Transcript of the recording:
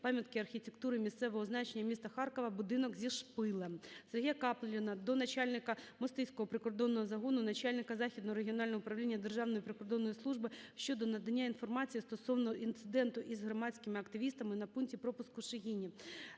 пам'ятки архітектури місцевого значення міста Харкова "Будинок зі шпилем". Сергія Капліна до начальника Мостиського прикордонного загону, начальника Західного регіонального управління Державної прикордонної служби щодо надання інформації стосовно інциденту із громадськими активістами на пункті пропуску "Шегині".